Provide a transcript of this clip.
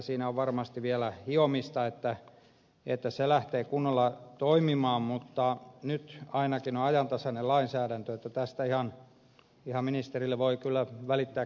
siinä on varmasti vielä hiomista että se lähtee kunnolla toimimaan mutta nyt ainakin on ajantasainen lainsäädäntö niin että tästä ihan ministerille voi kyllä välittää kiitoksia